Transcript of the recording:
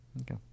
Okay